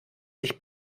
sich